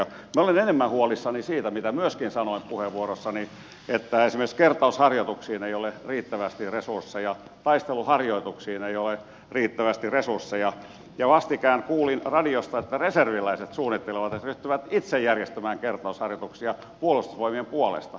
minä olen enemmän huolissani siitä minkä myöskin sanoin puheenvuorossani että esimerkiksi kertausharjoituksiin ei ole riittävästi resursseja taisteluharjoituksiin ei ole riittävästi resursseja ja vastikään kuulin radiosta että reserviläiset suunnittelevat että ryhtyvät itse järjestämään kertausharjoituksia puolustusvoimien puolesta